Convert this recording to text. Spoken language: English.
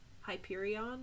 Hyperion